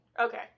okay